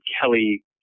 Kelly